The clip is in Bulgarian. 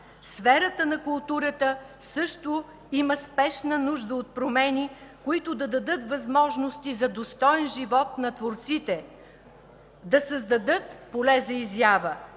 Сферата на културата също има спешна нужда от промени, които да дадат възможности за достоен живот на творците да създадат поле за изява.